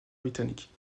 britannique